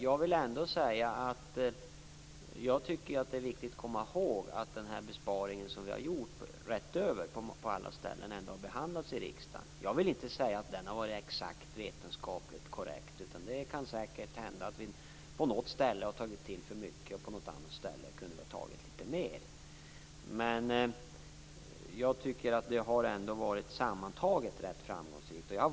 Jag vill ändå säga att det är viktigt att komma ihåg att de besparingar som vi har gjort på alla ställen har behandlats i riksdagen. Jag vill inte säga att detta har varit exakt och vetenskapligt korrekt. Det kan säkert hända att vi på något ställe har tagit till för mycket och på något annat ställe kunde ha tagit litet mer. Men jag tycker att det sammantaget har varit ganska framgångsrikt.